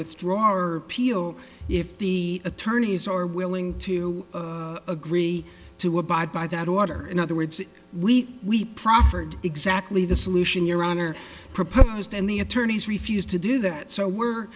withdraw our peal if the attorneys are willing to agree to abide by that order in other words we we proffered exactly the solution your honor proposed and the attorneys refused to do that so we're